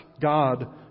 God